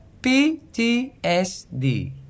PTSD